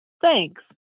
Thanks